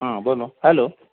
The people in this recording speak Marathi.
हां बोला हॅलो